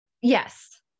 Yes